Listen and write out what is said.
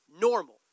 normal